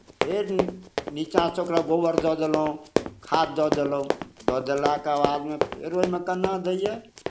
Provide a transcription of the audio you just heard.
फेर नीचाँसँ ओकरा गोबर दऽ देलहुँ खाद दऽ देलहुँ दऽ देलाके बादमे फेर ओहिमे कन्ना दैए